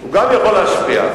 הוא גם יכול להשפיע.